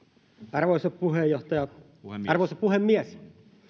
arvoisa puheenjohtaja arvoisa puhemies